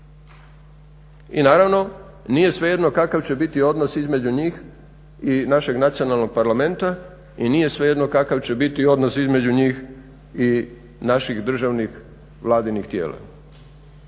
I naravno nije svejedno kakav će biti odnos između njih i našeg nacionalnog parlamenta i nije svejedno kakav će biti odnos između njih i naših državnih vladinih tijela